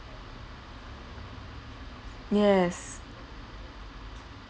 yes